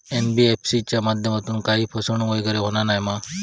NBFC च्या माध्यमातून काही फसवणूक वगैरे होना नाय मा?